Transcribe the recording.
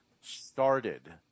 started